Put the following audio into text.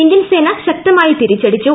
Indian സേന ശക്തമായി തിരിച്ചടിച്ചു